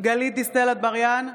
גלית דיסטל אטבריאן,